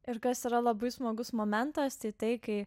ir kas yra labai smagus momentas tai tai kai